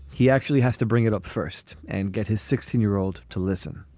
he actually has to bring it up first and get his sixteen year old to listen